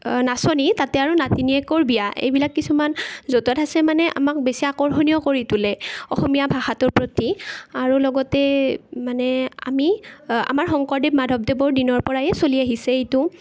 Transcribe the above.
নাচনী তাতে আৰু নাতিনীয়েকৰ বিয়া এইবিলাক কিছুমান জতুৱা ঠাঁচে মানে আমাক বেছি আকৰ্ষণীয় কৰি তোলে অসমীয়া ভাষাটোৰ প্ৰতি আৰু লগতে মানে আমি আমাৰ শংকৰদেৱ মাধৱদেৱৰ দিনৰ পৰাই চলি আহিছে এইটো